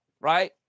right